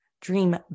dream